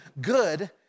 good